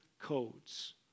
codes